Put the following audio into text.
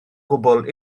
gwbl